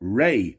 ray